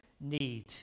need